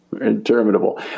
Interminable